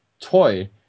toy